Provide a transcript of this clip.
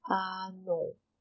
um no